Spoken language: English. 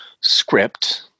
script